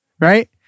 Right